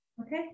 Okay